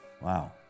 Wow